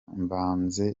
mbanze